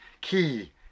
key